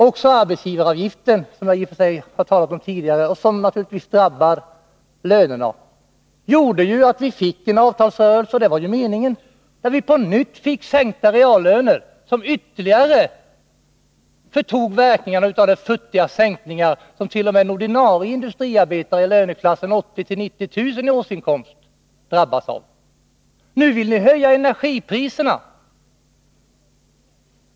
Också arbetsgivaravgiften, som jag har talat om tidigare och som naturligtvis drabbar lönerna, gjorde att vi fick en avtalsrörelse där vi på nytt fick sänkta reallöner — vilket ju var meningen. Detta förtog ytterligare verkningarna av de futtiga sänkningar som t.o.m. en ordinarie industriarbetare i löneklassen 80 000-90 000 kr. i årsinkomst fick. Nu vill ni höja energipriserna.